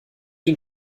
den